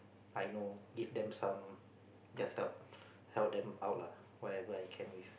I know give them some just help help them out lah whatever I can with